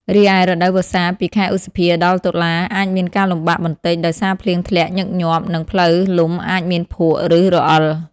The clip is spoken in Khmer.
រីឯ រដូវវស្សាពី ខែឧសភា ដល់ តុលា អាចមានការលំបាកបន្តិចដោយសារភ្លៀងធ្លាក់ញឹកញាប់ និងផ្លូវលំអាចមានភក់ ឬរអិល។